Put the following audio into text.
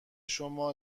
شما